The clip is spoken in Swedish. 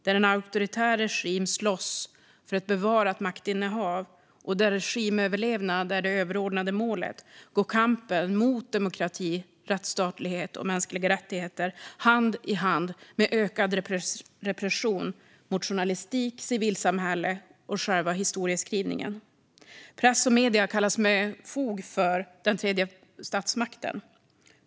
Där en auktoritär regim slåss för ett bevarat maktinnehav och där regimöverlevnad är det överordnade målet går kampen mot demokrati, rättstatlighet och mänskliga rättigheter hand i hand med ökad repression mot journalistik, civilsamhälle och själva historieskrivningen. Press och media kallas med fog för den tredje statsmakten.